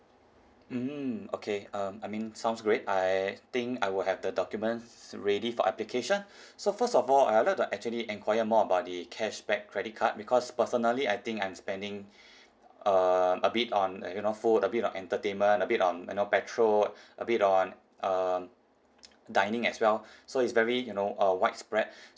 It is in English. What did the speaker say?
mm okay uh I mean sounds great I think I would have the documents ready for application so first of all I would like to actually enquire more about the cashback credit card because personally I think I'm spending err a bit on like you know food a bit on entertainment a bit on you know petrol a bit on um dining as well so it's very you know uh widespread